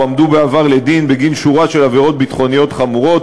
הועמדו בעבר לדין בגין שורה של עבירות ביטחוניות חמורות,